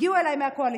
הגיעו אליי מהקואליציה,